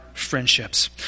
Friendships